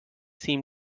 seem